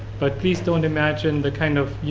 but please don't imagine the kind of, you